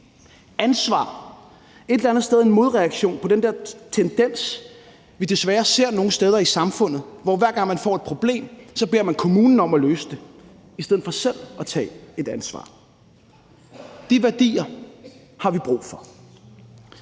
ansvaret, et eller andet sted en modreaktion på den der tendens, vi desværre ser nogle steder i samfundet, hvor man, hver gang man får et problem, beder kommunen om at løse det i stedet for selv at tage et ansvar. De værdier har vi brug for.